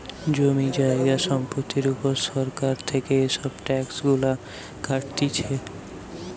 জমি জায়গা সম্পত্তির উপর সরকার থেকে এসব ট্যাক্স গুলা কাটতিছে